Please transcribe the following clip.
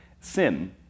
Sin